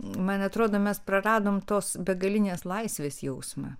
man atrodo mes praradom tos begalinės laisvės jausmą